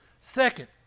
Second